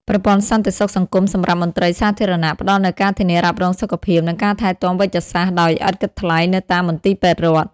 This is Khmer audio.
ប្រព័ន្ធសន្តិសុខសង្គមសម្រាប់មន្ត្រីសាធារណៈ ផ្តល់នូវការធានារ៉ាប់រងសុខភាព និងការថែទាំវេជ្ជសាស្ត្រដោយឥតគិតថ្លៃនៅតាមមន្ទីរពេទ្យរដ្ឋ។